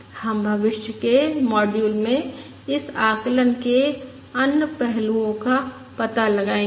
हम भविष्य के मॉड्यूल में इस आकलन के अन्य पहलुओं का पता लगाएंगे